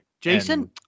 jason